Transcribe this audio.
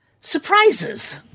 surprises